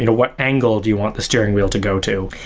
you know what angle do you want the steering wheel to go to?